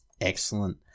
Excellent